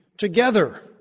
Together